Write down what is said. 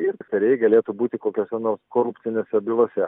ir tarėjai galėtų būti kokiose nors korupcinėse bylose